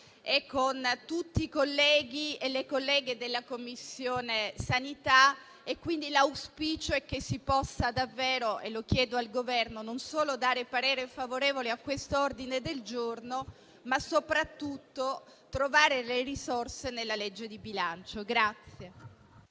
con tutti i colleghi e le colleghe della Commissione, quindi l'auspicio è che si possa davvero - e lo chiedo al Governo - non solo esprimere parere favorevole sull'ordine del giorno G5.0.300, ma soprattutto trovare le risorse nella legge di bilancio.